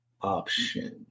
option